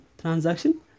transaction